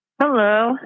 Hello